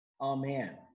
Amen